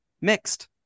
mixed